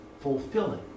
fulfilling